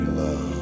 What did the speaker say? love